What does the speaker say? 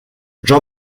jean